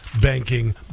banking